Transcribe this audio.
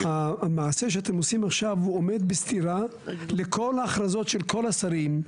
המעשה שאתם עושים עכשיו הוא עומד בסתירה לכל ההכרזות של כל השרים.